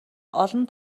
олон